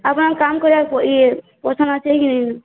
ଆପଣ କାମ୍ କରିବାକୁ ଇଏ ପୋଷଣ ସରିଛି କି ନାଇଁ